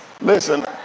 Listen